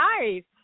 nice